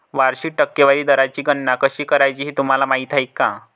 वार्षिक टक्केवारी दराची गणना कशी करायची हे तुम्हाला माहिती आहे का?